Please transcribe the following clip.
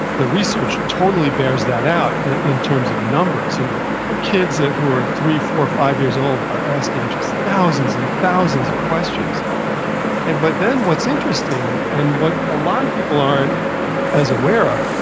the research totally bares that out in terms of numbers. you know kids ah who are three, four, five-years-old are asking just thousands and thousands of questions and but then, what's interesting and what a lot of people aren't as aware of,